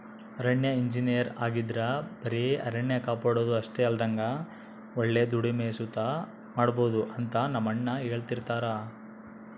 ಅರಣ್ಯ ಇಂಜಿನಯರ್ ಆಗಿದ್ರ ಬರೆ ಅರಣ್ಯ ಕಾಪಾಡೋದು ಅಷ್ಟೆ ಅಲ್ದಂಗ ಒಳ್ಳೆ ದುಡಿಮೆ ಸುತ ಮಾಡ್ಬೋದು ಅಂತ ನಮ್ಮಣ್ಣ ಹೆಳ್ತಿರ್ತರ